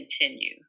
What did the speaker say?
continue